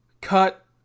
cut